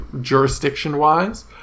jurisdiction-wise